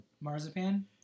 Marzipan